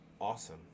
awesome